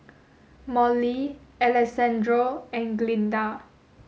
Mollie Alexandro and Glynda